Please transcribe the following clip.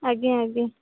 ଆଜ୍ଞା ଆଜ୍ଞା